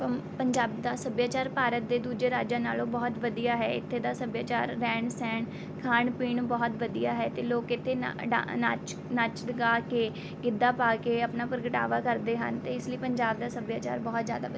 ਪੰ ਪੰਜਾਬ ਦਾ ਸੱਭਿਆਚਾਰ ਭਾਰਤ ਦੇ ਦੂਜੇ ਰਾਜਾਂ ਨਾਲੋਂ ਬਹੁਤ ਵਧੀਆ ਹੈ ਇੱਥੇ ਦਾ ਸੱਭਿਆਚਾਰ ਰਹਿਣ ਸਹਿਣ ਖਾਣ ਪੀਣ ਬਹੁਤ ਵਧੀਆ ਹੈ ਅਤੇ ਲੋਕ ਇੱਥੇ ਨਾ ਨੱਚ ਨੱਚ ਗਾ ਕੇ ਗਿੱਧਾ ਪਾ ਕੇ ਆਪਣਾ ਪ੍ਰਗਟਾਵਾ ਕਰਦੇ ਹਨ ਅਤੇ ਇਸ ਲਈ ਪੰਜਾਬ ਦਾ ਸੱਭਿਆਚਾਰ ਬਹੁਤ ਜ਼ਿਆਦਾ